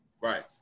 Right